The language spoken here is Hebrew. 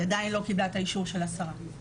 היא עדיין לא קיבלה את האישור של השרה.